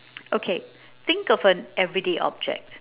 okay think of an everyday object